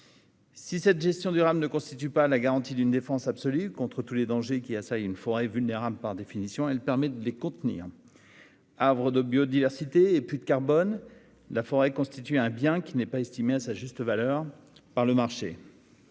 Si cette gestion durable ne constitue pas la garantie d'une défense absolue contre tous les dangers qui assaillent une forêt, par définition vulnérable, elle permet de les contenir. Havre de biodiversité et puits de carbone, la forêt constitue un bien qui n'est pas estimé à sa juste valeur par le marché.